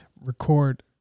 record